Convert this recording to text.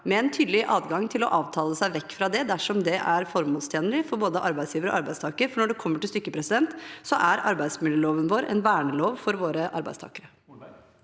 med en tydelig adgang til å avtale seg vekk fra det dersom det er formålstjenlig for både arbeidsgiver og arbeidstaker. Når det kommer til stykket, er arbeidsmiljøloven vår en vernelov for våre arbeidstakere.